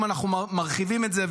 אם אנחנו מרחיבים את זה,